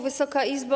Wysoka Izbo!